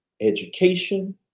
education